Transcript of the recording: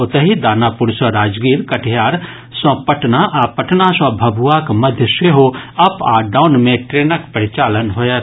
ओतहि दानापुर सँ राजगीर कटिहार सँ पटना आ पटना सँ भभुआक मध्य सेहो अप आ डाउन मे ट्रेनक परिचालन होयत